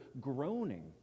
groaning